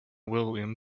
william